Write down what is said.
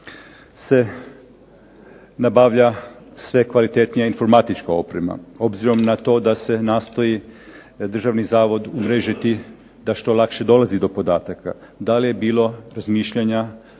se nabavlja sve kvalitetnija informatička oprema, obzirom na to da se nastoji Državni zavod umrežiti da što lakše dolazi do podataka, da li je bilo razmišljanja